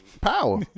power